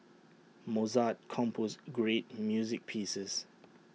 Mozart composed great music pieces